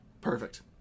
Perfect